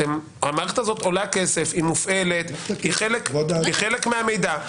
המערכת הזו עולה כסף, היא מופעלת כחלק מהמידע.